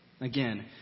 Again